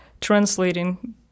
translating